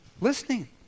listening